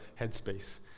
headspace